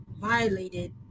violated